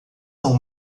são